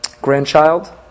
Grandchild